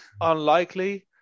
Unlikely